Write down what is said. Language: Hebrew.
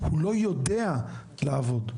הוא לא יודע לעבוד.